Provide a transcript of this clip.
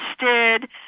interested